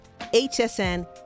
HSN